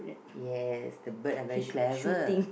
yes the bird are very clever